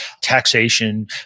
taxation